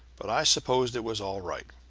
but i supposed it was all right.